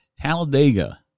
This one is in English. Talladega